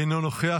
אינו נוכח.